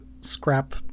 scrap